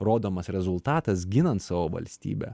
rodomas rezultatas ginant savo valstybę